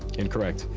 incorrect.